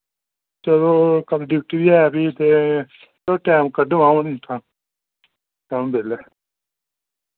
चलो कल ड्यूटी बी ऐ फ्ही ते चलो टैम कड्ढी अ'ऊं बेल्लै